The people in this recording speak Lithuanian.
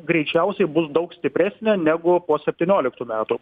greičiausiai bus daug stipresnė negu po septynioliktų metų